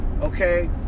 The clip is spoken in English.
Okay